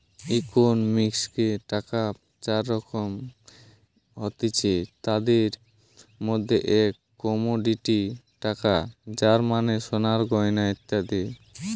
ইকোনমিক্সে টাকার চার রকম হতিছে, তাদির মধ্যে এক কমোডিটি টাকা যার মানে সোনার গয়না ইত্যাদি